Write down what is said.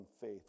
faith